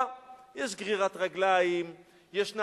אולי בכל זאת תגיד משהו על המפעל גם.